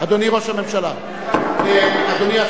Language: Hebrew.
(חברת הכנסת רונית תירוש יוצאת מאולם המליאה.) אדוני השר,